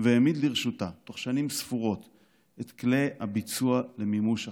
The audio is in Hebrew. והעמיד לרשותה בתוך שנים ספורות את כלי הביצוע למימוש החזון: